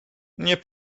nie